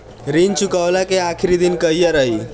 ऋण चुकव्ला के आखिरी दिन कहिया रही?